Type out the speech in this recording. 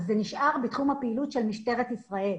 זה נשאר בתחום הפעילות של משטרת ישראל.